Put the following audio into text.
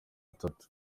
atatu